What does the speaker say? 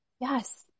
Yes